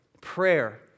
Prayer